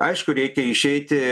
aišku reikia išeiti